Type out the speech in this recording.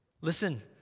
Listen